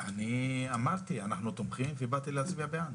אני אמרתי, אנחנו תומכים ואני באתי להצביע בעד